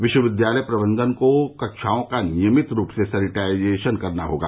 विश्वविद्यालय प्रबंधन को कक्षाओं का नियमित रूप से सैनिटाइजेशन करना होगा